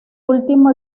último